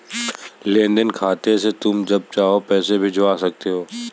लेन देन खाते से तुम जब चाहो पैसा भिजवा सकते हो